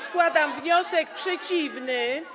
Składam wniosek przeciwny.